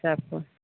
सब किछु